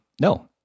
no